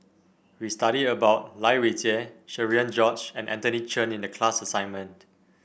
we studied about Lai Weijie Cherian George and Anthony Chen in the class assignment